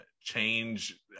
Change